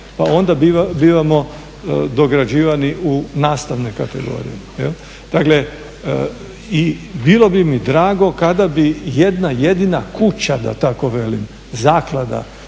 pa onda bivamo dograđivani u nastavne kategorije. Dakle, i bilo bi mi drago kada bi jedna jedina kuća da tako velim, zaklada